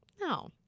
No